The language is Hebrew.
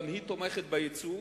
וגם היא תומכת ביצוא.